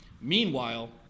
meanwhile